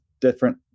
different